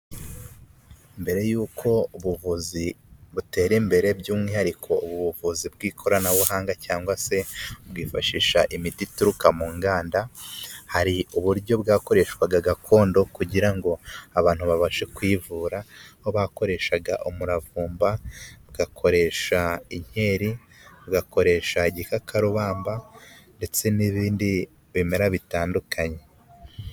Mbere y'uko ubuvuzi butera imbere, by'umwihariko ubuvuzi bw'ikoranabuhanga cyangwa se bwifashisha imiti ituruka mu nganda, hari uburyo bwakoreshwaga gakondo kugira ngo abantu babashe kwivura, aho bakoreshaga umuravumba, bakoresha inkeri bakoresha igikakarubamba, ndetse n'ibindi bimera bitandukanye.